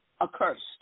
accursed